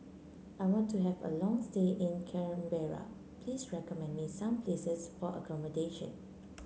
I want to have a long stay in Canberra please recommend me some places for accommodation